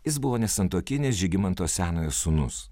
jis buvo nesantuokinis žygimanto senojo sūnus